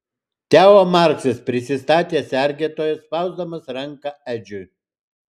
teo marksas prisistatė sergėtojas spausdamas ranką edžiui